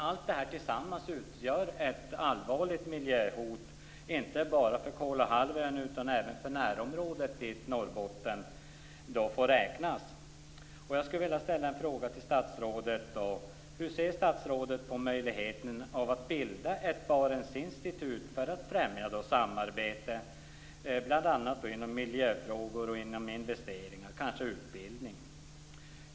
Allt det här tillsammans utgör ett allvarligt miljöhot, inte bara för Kolahalvön utan även för närområdet, dit Norrbotten får räknas. Jag skulle vilja ställa en fråga till statsrådet: Hur ser statsrådet på möjligheten att bilda ett Barentsinstitut för att främja samarbete bl.a. om miljöfrågor, investeringar och kanske utbildning?